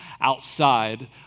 outside